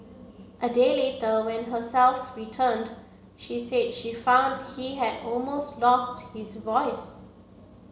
a day later when herself returned she said she found he had almost lost his voice